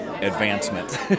advancement